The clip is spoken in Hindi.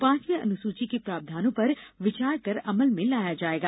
पांचवी अनुसूची के प्रावधानों पर विचार कर अमल में लाया जाएगा